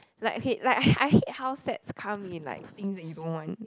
like okay like I hate how sets come in like things that you don't want